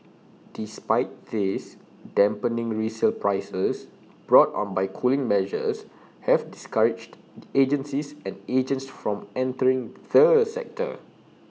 despite this dampening resale prices brought on by cooling measures have discouraged the agencies and agents from entering the sector